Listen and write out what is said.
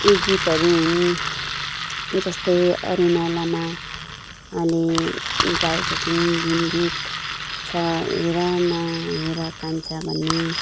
यी गीतहरू हुन् जस्तै अरुणा लामा अनि गाएकी छिन् जुन गीत छ हेर न हेर कान्छा भन्ने